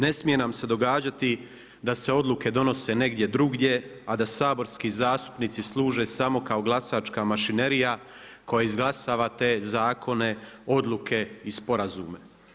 Ne smije nam se događati da se odluke donose negdje drugdje, a da saborski zastupnici služe samo kao glasačka mašinerija koja izglasava te zakone, odluke i sporazume.